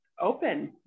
open